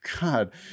God